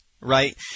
right